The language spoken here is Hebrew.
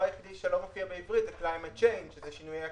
היחיד שלא מופיע בעברית זה שינויי האקלים,